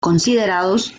considerados